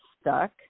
stuck